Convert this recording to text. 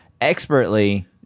expertly